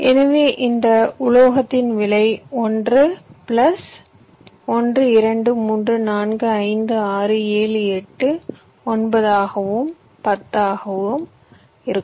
எனவே இந்த உலோகத்தின் விலை 1 பிளஸ் 1 2 3 4 5 6 7 8 9 ஆகவும் 10 10 ஆகவும் இருக்கும்